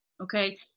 okay